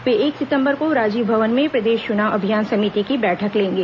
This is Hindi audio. वे एक सितंबर को राजीव भवन में प्रदेश चुनाव अभियान समिति की बैठक लेंगे